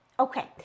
okay